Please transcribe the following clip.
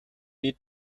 need